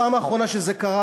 הפעם האחרונה שזה קרה,